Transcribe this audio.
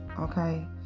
okay